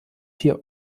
vier